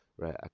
right